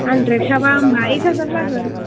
हान्ड्रेटाबा होम्बा एक हाजार जागोन